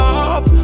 up